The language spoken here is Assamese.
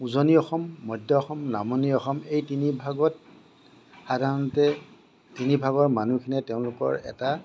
উজনি অসম মধ্য় অসম নামনি অসম এই তিনিভাগত সাধাৰণতে তিনিভাগৰ মানুহখিনিয়ে তেওঁলোকৰ এটা